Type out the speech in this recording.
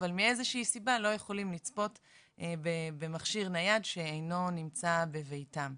אבל מאיזו שהיא סיבה הם לא יכולים לצפות במכשיר נייד שאינו נמצא בביתם.